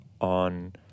on